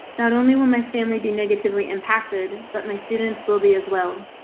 not only when my family be negatively impacted, but my students will be as well.